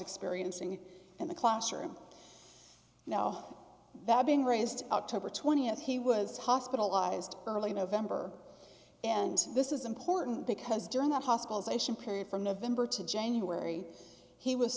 experiencing it in the classroom now that being raised out to over twenty and he was hospitalized early november and this is important because during that hospitalization period from november to january he was